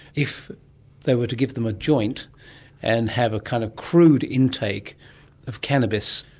if they were to give them a joint and have a kind of crude intake of cannabis,